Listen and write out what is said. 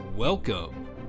Welcome